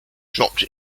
dropped